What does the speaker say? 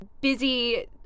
busy